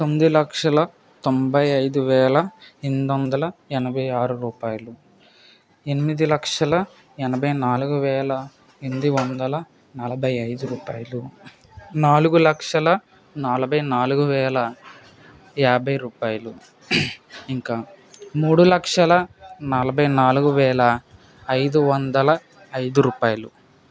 తొమ్మిది లక్షల తొంభై ఐదు వేల ఎనిమిది వందల ఎనభై ఆరు రూపాయలు ఎనిమిది లక్షల ఎనభై నాలుగు వేల ఎనిమిది వందల నలభై ఐదు రూపాయలు నాలుగు లక్షల నలభై నాలుగు వేల యాబై రూపాయలు ఇంకా మూడు లక్షల నలభై నాలుగు వేల ఐదు వందల ఐదు రూపాయలు